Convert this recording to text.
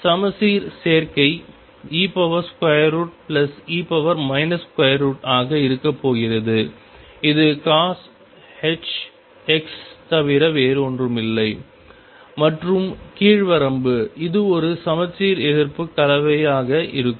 சமச்சீர் சேர்க்கை ee ஆக இருக்கப்போகிறது இது cosh x தவிர வேறொன்றுமில்லை மற்றும் கீழ் வரம்பு இது ஒரு சமச்சீர் எதிர்ப்பு கலவையாக இருக்கும்